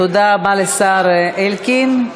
תודה רבה לשר אלקין.